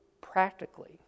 practically